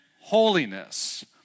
holiness